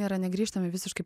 yra negrįžtami visiškai